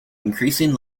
increasing